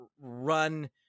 run